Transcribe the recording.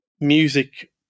music